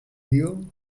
meal